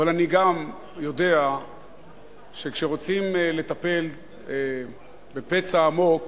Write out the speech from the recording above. אבל אני גם יודע שכשרוצים לטפל בפצע עמוק